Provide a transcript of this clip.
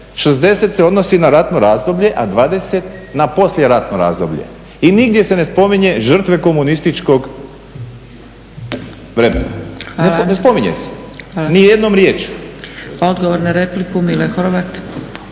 60 se odnosi na ratno razdoblje, a 20 na poslijeratno razdoblje i nigdje se ne spominje žrtve komunističkog vremena. Ne spominje se ni jednom riječju. **Zgrebec, Dragica